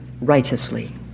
righteously